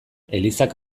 elizak